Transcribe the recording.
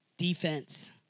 Defense